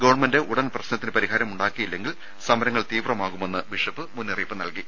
government ഉടൻ പ്രശ്നത്തിന് പരിഹാരമുണ്ടാക്കിയില്ലെങ്കിൽ സമരങ്ങൾ തീവ്രമാകുമെന്ന് ബിഷപ്പ് മുന്നറിയിപ്പ് നൽകി